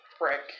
brick